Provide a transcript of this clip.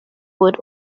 would